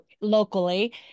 locally